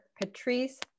Patrice